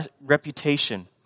reputation